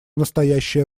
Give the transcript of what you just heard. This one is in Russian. настоящее